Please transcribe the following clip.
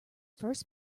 first